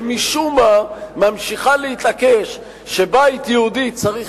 שמשום מה ממשיכה להתעקש שבית יהודי צריך